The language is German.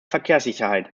verkehrssicherheit